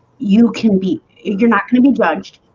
you can be you're not going to be judged